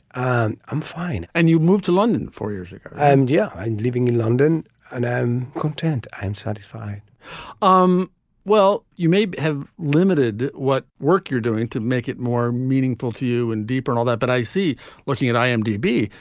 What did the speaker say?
i'm i'm fine and you moved to london four years ago and yeah i'm living in london and i'm content. i'm satisfied um well you may have limited what work you're doing to make it more meaningful to you and deeper and all that but i see looking at i am d b.